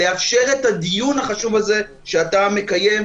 לאפשר את הדיון החשוב הזה שאתה מקיים.